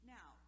Now